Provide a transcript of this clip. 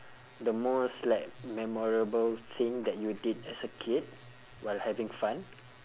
the most like memorable thing that you did as a kid while having fun